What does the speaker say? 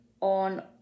on